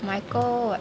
it's okay lah